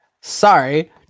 Sorry